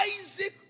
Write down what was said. Isaac